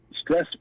stress